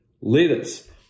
Leaders